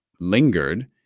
lingered